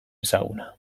ezaguna